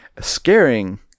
scaring